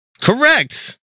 Correct